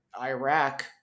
Iraq